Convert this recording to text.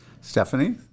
Stephanie